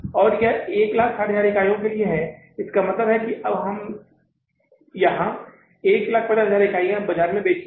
और यह 160000 इकाइयों के लिए है इसलिए इसका मतलब है कि हमने अब यहां 150000 इकाइयां बाजार में बेची हैं